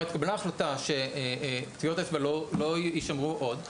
התקבלה ההחלטה שטביעות אצבע לא ישמרו עוד,